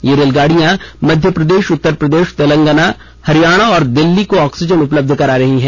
ये रेलगाड़ियां मध्य प्रदेश उत्तर प्रदेश तेलंगाना हरियाणा और दिल्ली को ऑक्सीजन उपलब्ध करा रही हैं